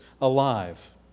alive